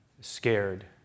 scared